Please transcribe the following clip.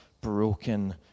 broken